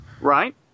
right